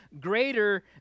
greater